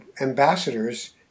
ambassadors